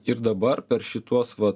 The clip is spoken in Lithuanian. ir dabar per šituos va